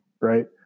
Right